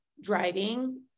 driving